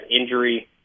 injury